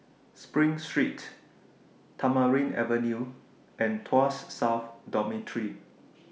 SPRING Street Tamarind Avenue and Tuas South Dormitory